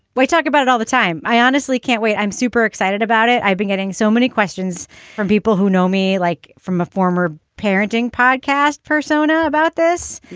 talk about it all the time. i honestly can't wait. i'm super excited about it. i've been getting so many questions from people who know me, like from a former parenting podcast persona about this.